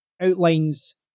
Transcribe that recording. outlines